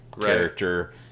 character